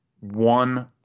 one